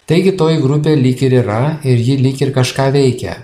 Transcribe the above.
taigi toji grupė lyg ir yra ir ji lyg ir kažką veikia